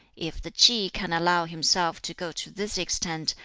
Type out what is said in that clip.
if the ki can allow himself to go to this extent,